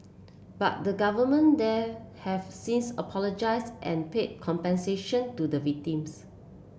but the government there have since apologised and paid compensation to the victims